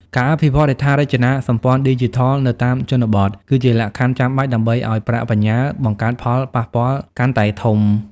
ការអភិវឌ្ឍ "ហេដ្ឋារចនាសម្ព័ន្ធឌីជីថល" នៅតាមជនបទ គឺជាលក្ខខណ្ឌចាំបាច់ដើម្បីឱ្យប្រាក់បញ្ញើបង្កើតផលប៉ះពាល់កាន់តែធំ។